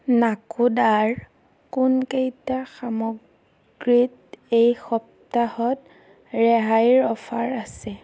নাকোডাৰ কোনকেইটা সামগ্ৰীত এই সপ্তাহত ৰেহাইৰ অফাৰ আছে